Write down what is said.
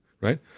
Right